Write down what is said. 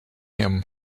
him